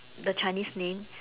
the Chinese name